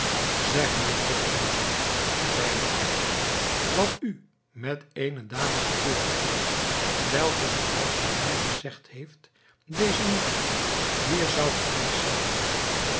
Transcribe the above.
zeg mij toch mijn zoon zeide hij wat u met eene dame gebeurd is welke zooals men mij gezegd heeft dezen nacht hier zou geweest zijn